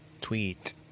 tweet